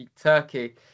Turkey